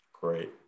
Great